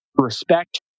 respect